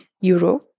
euro